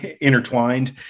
intertwined